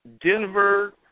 Denver